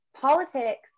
politics